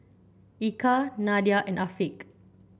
Eka Nadia and Afiq